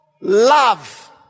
Love